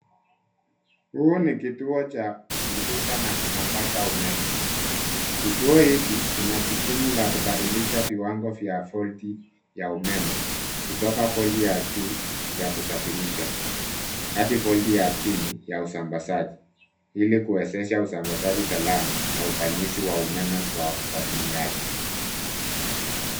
Huu ni kituo cha kupunguza na kusambaza umeme. Kituo hiki kina jukumu la kubadilisha viwango vya volti ya umeme kutoka volti ya juu ya kusafirisha hadi volti ya chini ya usambazaji ili kuwezesha usambazaji salama na ufanisi wa umeme kwa watumiaji.